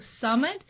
Summit